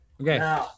Okay